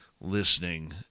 listening